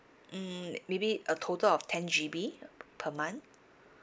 mm maybe a total of ten G_B per month